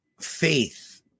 faith